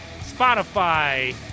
Spotify